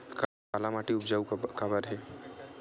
काला माटी उपजाऊ काबर हे?